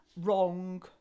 wrong